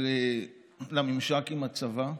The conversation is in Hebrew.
ממשק עם הצבא.